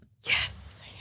Yes